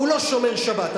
הוא לא שומר שבת,